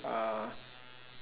uh